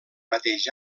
mateix